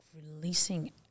releasing